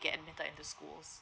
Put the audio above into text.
get admitted into schools